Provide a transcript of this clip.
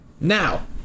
Now